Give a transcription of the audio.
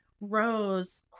rose